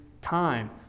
time